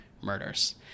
murders